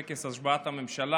טקס השבעת הממשלה,